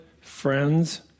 friends